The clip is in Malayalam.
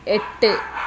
എട്ട്